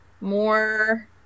more